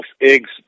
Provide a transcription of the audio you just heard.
eggs